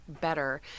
better